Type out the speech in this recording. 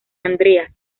andreas